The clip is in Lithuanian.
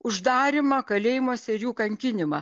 uždarymą kalėjimuose ir jų kankinimą